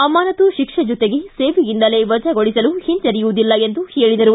ಅಮಾನತು ಶಿಕ್ಷೆ ಜೊತೆಗೆ ಸೇವೆಯಿಂದಲೇ ವಜಾಗೊಳಿಸಲು ಹಿಂಜರಿಯುವುದಿಲ್ಲ ಎಂದು ತಿಳಿಸಿದರು